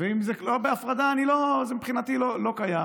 ואם זה לא בהפרדה, מבחינתי זה לא קיים,